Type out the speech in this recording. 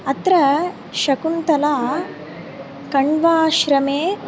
अत्र शकुन्तला कण्वाश्रमे